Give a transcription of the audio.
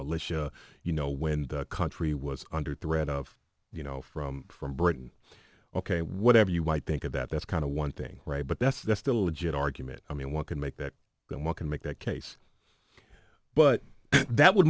militia you know when the country was under threat of you know from from britain ok whatever you might think of that that's kind of one thing right but that's that's still a good argument i mean one can make that one can make that case but that would